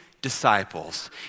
disciples